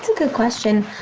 good question.